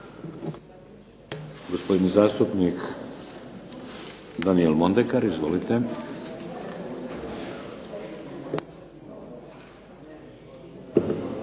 Gospodin zastupnik Daniel Mondekar, izvolite.